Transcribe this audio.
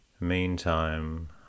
Meantime